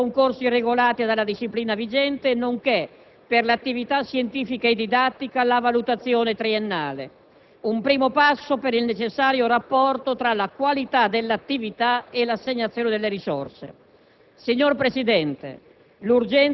L'assunzione dei ricercatori prevede concorsi regolati dalla disciplina vigente, nonché, per l'attività scientifica e didattica, la valutazione triennale; un primo passo per il necessario rapporto tra la qualità dell'attività e l'assegnazione delle risorse.